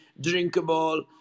drinkable